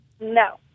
No